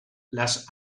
las